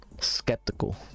Skeptical